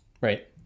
right